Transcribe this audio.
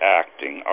acting